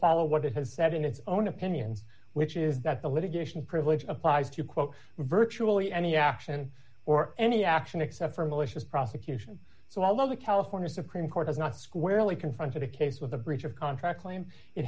follow what it has said in its own opinion which is that the litigation privilege applies to quote virtually any action or any action except for malicious prosecution so i love the california supreme court has not squarely confronted a case with a breach of contract claim it